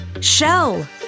Shell